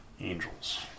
angels